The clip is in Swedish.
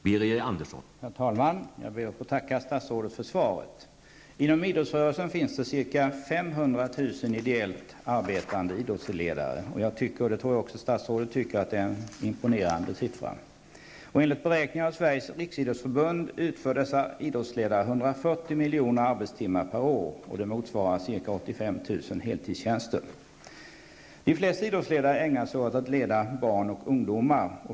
Herr talman! Jag ber att få tacka statsrådet för svaret. Inom idrottsrörelsen finns det ca 500 000 ideellt arbetande idrottsledare. Jag tycker -- och det gör nog också statsrådet -- att det är en imponerande siffra. Enligt beräkningar av Sveriges riksidrottsförbund utför dessa idrottsledare 140 miljoner arbetstimmar per år, vilket motsvarar ca De flesta idrottsledare ägnar sig åt att leda barn och ungdomar.